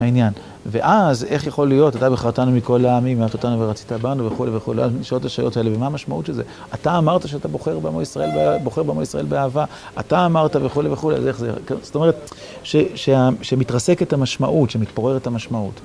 העניין, ואז איך יכול להיות, אתה בחרתנו מכל העמים, ואת אותנו ורצית בנו וכו' וכו', נשאלות השאלות האלה, ומה המשמעות של זה? אתה אמרת שאתה בוחר בנו ישראל באהבה, אתה אמרת וכו' וכו', אז איך זה? זאת אומרת, שמתרסקת המשמעות, שמתפוררת המשמעות.